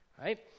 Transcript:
right